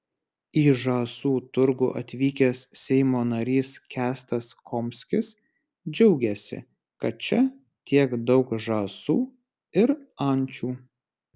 į žąsų turgų atvykęs seimo narys kęstas komskis džiaugėsi kad čia tiek daug žąsų ir ančių